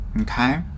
okay